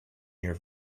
here